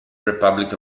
republic